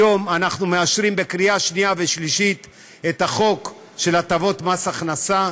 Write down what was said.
היום אנחנו מאשרים בקריאה שנייה ושלישית את החוק של הטבות מס הכנסה.